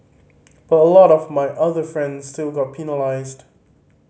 but a lot of my other friends still got penalised